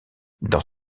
dans